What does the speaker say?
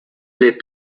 les